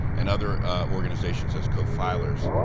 and other organizations as co-filers.